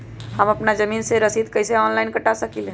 हम अपना जमीन के रसीद कईसे ऑनलाइन कटा सकिले?